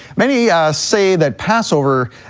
many say that passover,